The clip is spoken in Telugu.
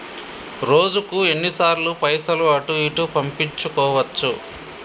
రోజుకు ఎన్ని సార్లు పైసలు అటూ ఇటూ పంపించుకోవచ్చు?